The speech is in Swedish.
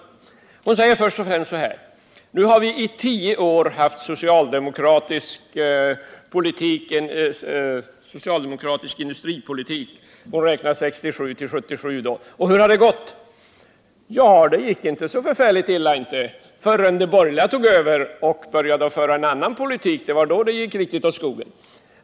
Margaretha af Ugglas säger först och främst: ”Nu har vi i tio år haft socialdemokratisk industripolitik” — hon avser då perioden 1967-1977 -”och hur har det gått?” Ja, det gick inte så illa förrän de borgerliga tog över och började föra en annan politik. Det var då det gick riktigt åt skogen.